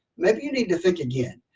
maybe you need to think again.